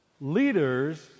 leaders